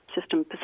system